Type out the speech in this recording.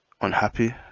unhappy